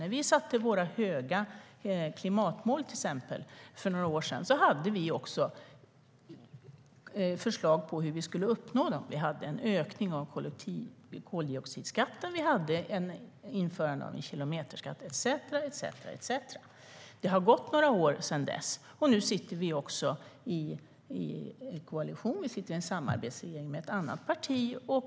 När vi satte våra höga klimatmål, till exempel, för några år sedan hade vi också förslag på hur vi skulle uppnå dem. Vi hade ett förslag om en ökning av koldioxidskatten och om ett införande av kilometerskatt etcetera. Det har gått några år sedan dess. Nu sitter vi i en koalition; vi sitter i en samarbetsregering med ett annat parti.